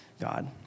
God